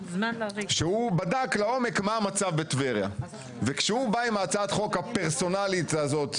שהוא בדק לעומק מה המצב בטבריה וכשהוא בא עם הצעת החוק הפרסונלית הזאת,